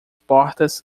portas